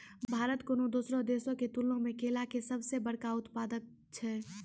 भारत कोनो दोसरो देशो के तुलना मे केला के सभ से बड़का उत्पादक छै